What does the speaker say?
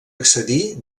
accedir